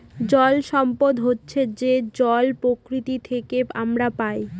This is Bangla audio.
জল সম্পদ হচ্ছে যে জল প্রকৃতি থেকে আমরা পায়